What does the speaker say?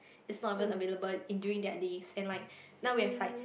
it's not even available in during their days and like now we have like